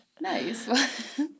Nice